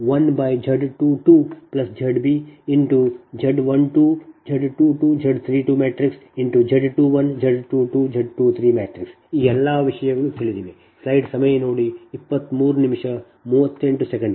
ಆದ್ದರಿಂದ ZBUSNEWZBUSOLD 1Z22ZbZ12 Z22 Z32 Z21 Z22 Z23 ಈ ಎಲ್ಲ ವಿಷಯಗಳು ತಿಳಿದಿವೆ